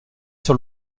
sur